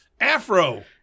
afro